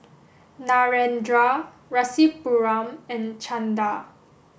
Narendra Rasipuram and Chanda